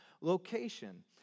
location